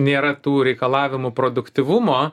nėra tų reikalavimų produktyvumo